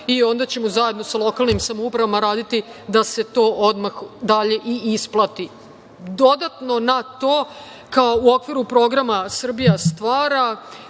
i onda ćemo zajedno sa lokalnim samoupravama raditi da se to odmah dalje i isplati. Dodatno na to kao u okviru programa – Srbija stvara,